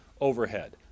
overhead